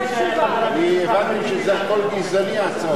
אני הבנתי שהכול גזעני, ההצעה הזו.